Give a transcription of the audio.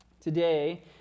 Today